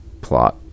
plot